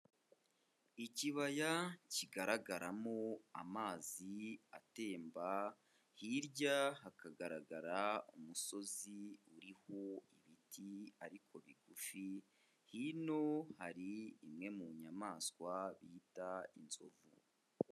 Ikibaya kigaragaramo amazi atemba, hirya hakagaragara umusozi uriho ibiti ariko bigufi, hino hari imwe mu nyamaswa bita inzovu.